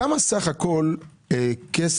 כמה סך הכול באחוזים